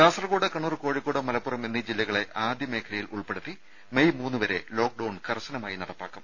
കാസർകോട് കണ്ണൂർ കോഴിക്കോട് മലപ്പുറം എന്നീ ജില്ലകളെ ആദ്യ മേഖലയിൽ ഉൾപ്പെടുത്തി മെയ് മൂന്നുവരെ ലോക്ക്ഡൌൺ കർശനമായി നടപ്പാക്കും